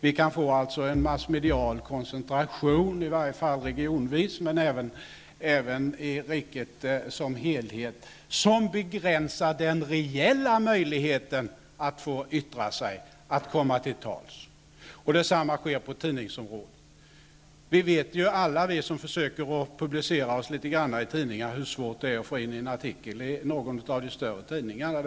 Vi kan få en massmedial koncentration, i varje fall regionvis, men även i riket som helhet, som begränsar den reella möjligheten att få yttra sig, att komma till tals. Detsamma gäller på tidningsområdet. Vi vet, alla vi som försöker publicera oss i tidningar, hur svårt det är att få in en artikel i någon av de större tidningarna.